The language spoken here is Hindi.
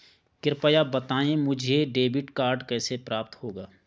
कृपया बताएँ मुझे डेबिट कार्ड कैसे प्राप्त होगा?